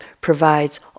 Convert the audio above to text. provides